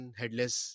headless